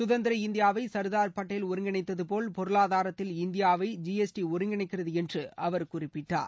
சுதந்திர இந்தியாவை சர்தார் பட்டேல் ஒருங்கிணைத்ததபோல் பொருளாதாரத்தில் இந்தியாவை ஜிஎஸ்டி ஒருங்கிணைக்கிறது என்று அவர் குறிப்பிட்டார்